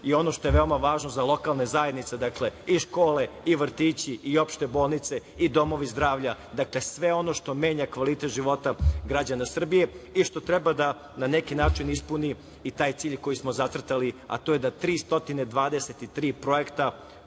je ono što je veoma važno za lokalne zajednice, i škole, i vrtići, i opšte bolnice, i domovi zdravlja. Dakle, sve ono što menja kvalitet života građana Srbije i što treba da na neki način ispuni i taj cilj koji smo zacrtali, a to je da 323 projekta